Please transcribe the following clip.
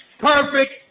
perfect